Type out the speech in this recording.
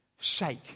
shake